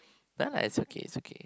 no lah it's okay it's okay